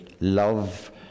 love